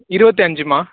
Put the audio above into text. இருபத்தி அஞ்சும்மா